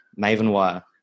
Mavenwire